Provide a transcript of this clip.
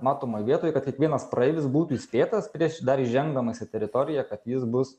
matomoj vietoj kad kiekvienas praeivis būtų įspėtas prieš dar įžengdamas į teritoriją kad jis bus